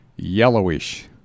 yellowish